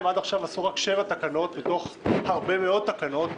הם עד עכשיו עשו רק שבע תקנות מתוך הרבה מאוד תקנות.